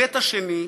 בהיבט השני,